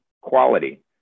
quality